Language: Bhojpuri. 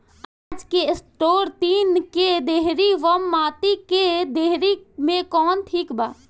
अनाज के स्टोर टीन के डेहरी व माटी के डेहरी मे कवन ठीक बा?